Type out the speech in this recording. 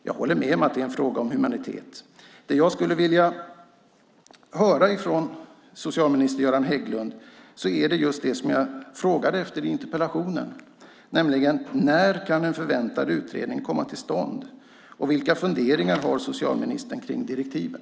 Jag håller med om att det är en fråga om humanitet. Det som jag skulle vilja höra från socialminister Göran Hägglund gäller just det som jag frågade efter i interpellationen, nämligen: När kan en förväntad utredning komma till stånd, och vilka funderingar har socialministern kring direktiven?